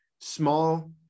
small